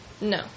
No